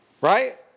Right